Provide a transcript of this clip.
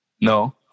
No